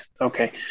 okay